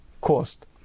cost